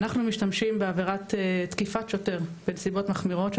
אנחנו משתמשים בתקיפת שוטר בנסיבות מחמירות,